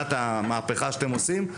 בתחילת המהפכה שאתם עושים,